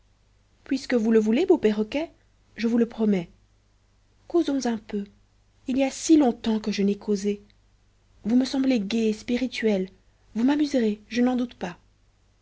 puisque vous le voulez beau perroquet je vous le promets causons un peu il y a si longtemps que je n'ai causé vous me semblez gai et spirituel vous m'amuserez je n'en doute pas